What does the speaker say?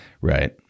right